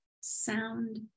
sound